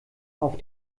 auf